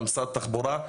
במשרד התחבורה,